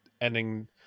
ending